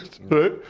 right